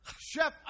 Chef